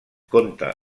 conta